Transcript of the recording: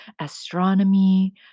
astronomy